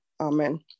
Amen